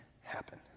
happen